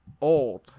Old